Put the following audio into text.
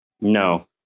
No